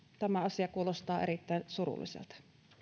tämä asia kuulostaa erittäin surulliselta